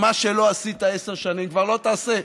ומה שלא עשית עשר שנים כבר לא תעשה.